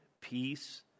peace